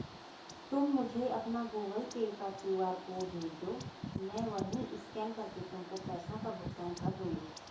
तुम मुझे अपना गूगल पे का क्यू.आर कोड भेजदो, मैं वहीं स्कैन करके तुमको पैसों का भुगतान कर दूंगी